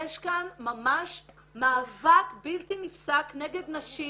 יש כאן ממש מאבק בלתי נפסק נגד נשים,